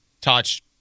Touch